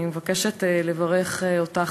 אני מבקשת לברך אותך,